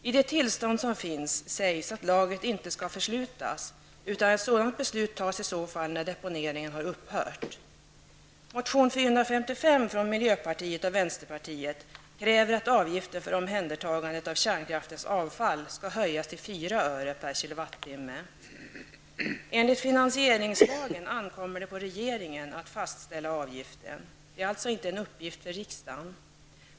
I det tillstånd som finns sägs att lagret inte skall förslutas, utan ett sådant beslut tas i så fall när deponeringen har upphört. Enligt finansieringslagen ankommer det på regeringen att fastställa avgiften. Det är alltså inte en uppgift för riksdagen.